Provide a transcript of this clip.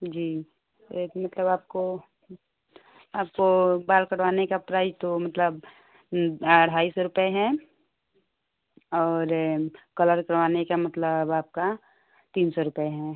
जी एक मतलब आपको आपको बाल कटवाने का प्राइज तो मतलब ढाई सौ रुपये हैं और ये कलर करवाने का मतलब आपका तीन सौ रुपये है